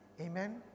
Amen